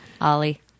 Ollie